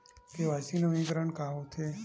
KYC नवीनीकरण का होथे?